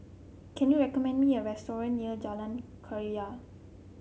can you recommend me a restaurant near Jalan Keria